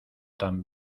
tan